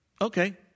okay